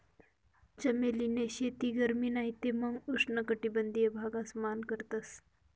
चमेली नी शेती गरमी नाही ते मंग उष्ण कटबंधिय भागस मान करतस